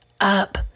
up